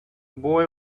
boy